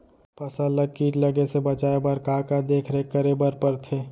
फसल ला किट लगे से बचाए बर, का का देखरेख करे बर परथे?